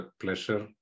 pleasure